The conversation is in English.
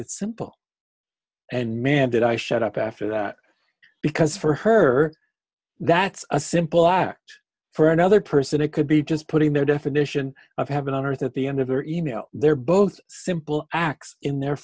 it's simple and man did i shut up after that because for her that's a simple act for another person it could be just putting their definition of heaven on earth at the end of the email they're both simple acts in their